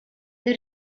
the